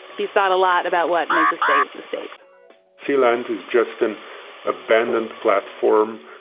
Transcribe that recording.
he's thought a lot about what makes a state the state sealand is just an abandoned platform.